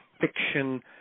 fiction